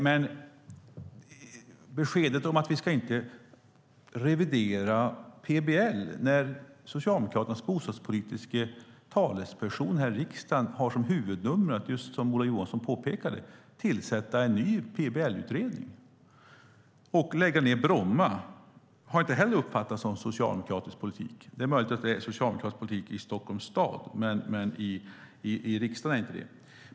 Men beskedet att vi inte ska revidera PBL när Socialdemokraternas bostadspolitiska talesperson här i riksdagen har som huvudnummer att, som Ola Johansson påpekade, tillsätta en ny PBL-utredning och lägga ned Bromma flygplats uppfattas inte som socialdemokratisk politik. Det är möjligt att det är socialdemokratisk politik i Stockholms stad, men i riksdagen är det inte det.